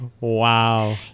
Wow